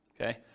okay